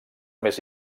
més